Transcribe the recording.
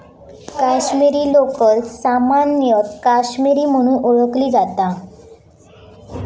काश्मीरी लोकर सामान्यतः काश्मीरी म्हणून ओळखली जाता